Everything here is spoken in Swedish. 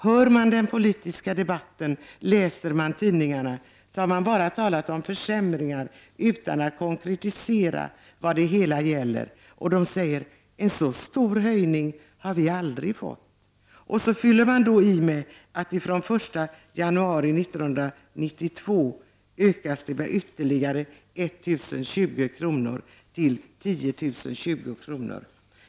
Hör man den politiska debatten, läser man tidningarna har man bara hört talas om försämringar utan att det har konkretiserats vad det gäller. En så stor höjning har vi aldrig fått, säger barnfamiljerna. Sedan fyller man i med att barnbidraget från den 1 januari 1992 ökas med ytterligare 1 020 kr. till 10 020 kr.